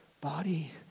body